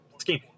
scheme